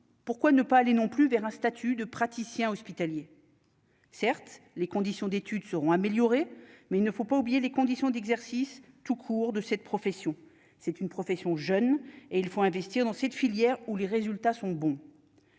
pourquoi ne pas aller non plus vers un statut de praticien hospitalier. Certes, les conditions d'études seront améliorées mais il ne faut pas oublier les conditions d'exercice tout court de cette profession, c'est une profession jeune et il faut investir dans cette filière où les résultats sont bons.